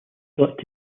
thought